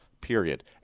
period